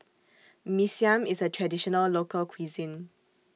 Mee Siam IS A Traditional Local Cuisine